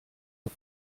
auf